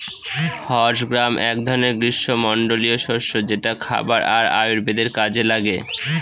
horse gram এক ধরনের গ্রীস্মমন্ডলীয় শস্য যেটা খাবার আর আয়ুর্বেদের কাজে লাগে